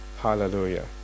Hallelujah